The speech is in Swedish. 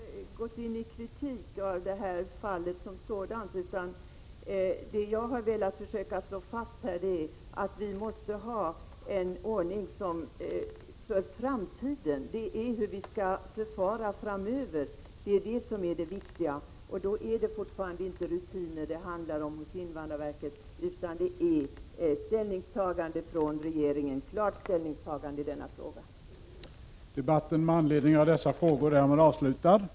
Herr talman! Jag har inte gått in i kritik av det här fallet som sådant, utan det jag har försökt slå fast är att vi måste ha en ordning för framtiden. Det är hur vi skall förfara framöver som är det viktiga, och då är det fortfarande inte rutinerna hos invandrarverket som det handlar om utan det handlar om ett klart ställningstagande från regeringen i denna fråga.